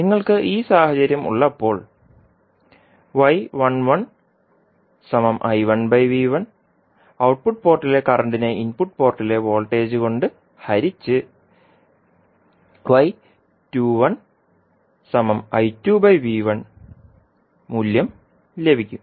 നിങ്ങൾക്ക് ഈ സാഹചര്യം ഉള്ളപ്പോൾ ഔട്ട്പുട്ട് പോർട്ടിലെ കറന്റിനെ ഇൻപുട്ട് പോർട്ടിലെ വോൾട്ടേജ് കൊണ്ട് ഹരിച്ചു മൂല്യം ലഭിക്കും